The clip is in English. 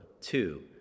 Two